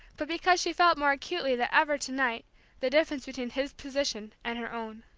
but because she felt more acutely than ever to-night the difference between his position and her own.